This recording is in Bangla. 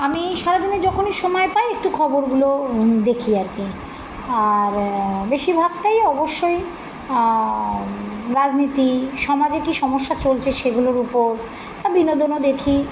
আমি সারাদিনে যখনই সময় পাই একটু খবরগুলো দেখি আর কি আর বেশিরভাগটাই অবশ্যই রাজনীতি সমাজে কী সমস্যা চলছে সেগুলোর উপর বিনোদনও দেখি